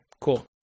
Cool